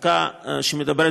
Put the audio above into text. הספיקה היא 100,